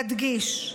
נדגיש: